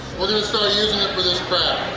we're going to start using it for this crab!